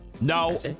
No